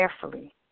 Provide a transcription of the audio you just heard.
carefully